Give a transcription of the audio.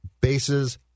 bases